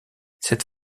cette